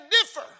differ